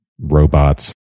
robots